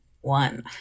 One